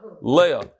Leah